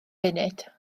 funud